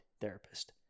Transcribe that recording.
therapist